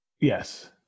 Yes